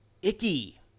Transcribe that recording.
Icky